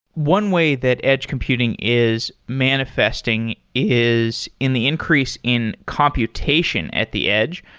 one way that edge computing is manifesting is in the increase in computation at the edge.